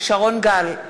שרון גל,